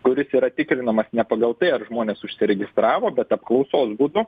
kuris yra tikrinamas ne pagal tai ar žmonės užsiregistravo bet apklausos būdu